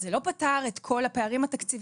אז זה לא פתר את כל הפערים התקציביים,